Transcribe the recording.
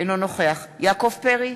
אינו נוכח יעקב פרי,